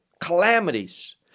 calamities